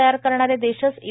तयार करणारे देशच ई